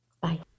Bye